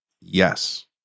yes